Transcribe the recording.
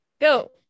go